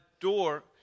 door